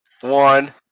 one